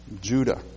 Judah